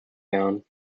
down